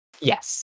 yes